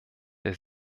der